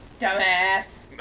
Dumbass